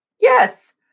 Yes